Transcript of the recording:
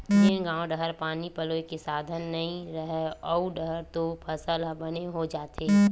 जेन गाँव डाहर पानी पलोए के साधन नइय रहय ओऊ डाहर तो फसल ह बने हो जाथे